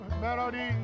melody